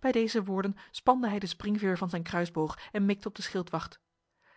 bij deze woorden spande hij de springveer van zijn kruisboog en mikte op de schildwacht